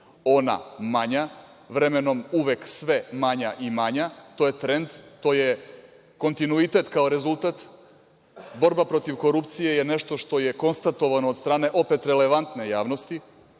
ona manja, vremenom uvek sve manja i manja, to je trend, to je kontinuitet, kao rezultat. Borba protiv korupcije je nešto što je konstatovano od strane opet relevantne javnosti,